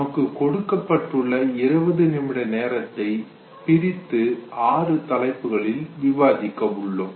நமக்கு கொடுக்கப்பட்டுள்ள 20 நிமிட நேரத்தை பிரித்து ஆறு தலைப்புகளில் விவாதிக்க உள்ளோம்